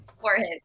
forehead